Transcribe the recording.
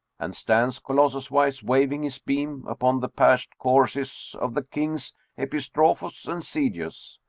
and stands colossus-wise, waving his beam, upon the pashed corses of the kings epistrophus and cedius.